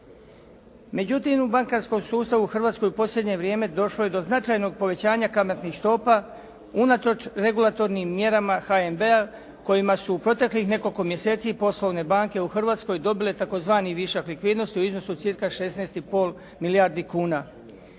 Međutim u bankarskom sustavu u Hrvatskoj u posljednje vrijeme došlo je do značajnog povećanja kamatnih stopa unatoč regulatornim mjerama HNB-a kojima su u proteklih nekoliko mjeseci poslovne banke u Hrvatskoj dobile tzv. višak likvidnosti u iznosu od cirka 16 i pol milijardi kuna.